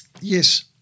Yes